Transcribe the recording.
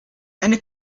eine